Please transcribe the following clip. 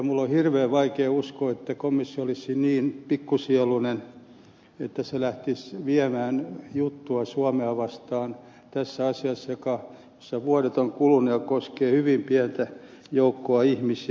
minun on hirveän vaikea uskoa että komissio olisi niin pikkusieluinen että se lähtisi viemään juttua suomea vastaan tässä asiassa jossa vuodet ovat kuluneet ja joka koskee hyvin pientä joukkoa ihmisiä